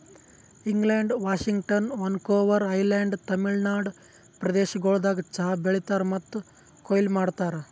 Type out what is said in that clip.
England, Washington, Vancouver island, Tamil Nadu ಪ್ರದೇಶಗೊಳ್ದಾಗ್ ಚಹಾ ಬೆಳೀತಾರ್ ಮತ್ತ ಕೊಯ್ಲಿ ಮಾಡ್ತಾರ್